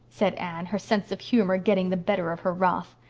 said anne, her sense of humor getting the better of her wrath.